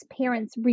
parents